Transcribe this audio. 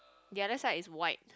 the other side is white